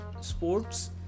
sports